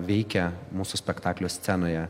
veikia mūsų spektaklio scenoje